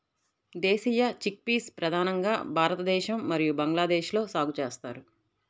దేశీయ చిక్పీస్ ప్రధానంగా భారతదేశం మరియు బంగ్లాదేశ్లో సాగు చేస్తారు